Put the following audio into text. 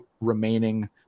remaining